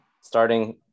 Starting